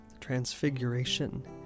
transfiguration